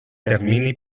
termini